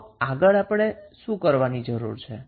તો આગળ આપણે શું કરવાની જરૂર છે